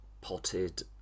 potted